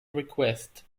request